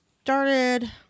started